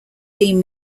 theme